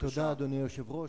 אדוני היושב-ראש,